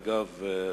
אגב,